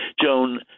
Joan